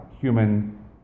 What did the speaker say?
human